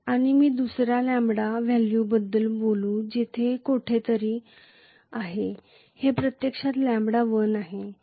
आणि मी दुसर्या लॅम्ब्डा व्हॅल्यूबद्दल बोलू जे येथे कोठे तरी आहे जे प्रत्यक्षात λ1 आहे